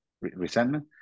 resentment